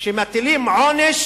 שמטילים עונש